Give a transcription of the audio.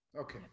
okay